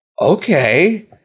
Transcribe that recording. Okay